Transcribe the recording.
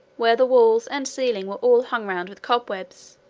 where the walls and ceiling were all hung round with cobwebs,